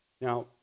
Now